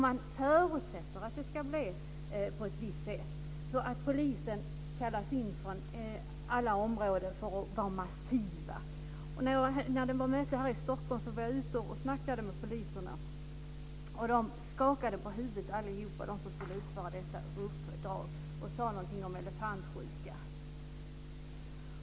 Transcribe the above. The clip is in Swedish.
Man förutsätter att det ska bli på ett visst sätt, så att polisen kallas in från alla områden för att göra massiva insatser. När det var möte här i Stockholm var jag ute och pratade med poliserna, och alla som skulle utföra detta uppdrag skakade på huvudet och talade om elefantsjuka.